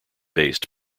based